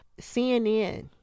cnn